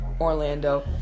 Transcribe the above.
Orlando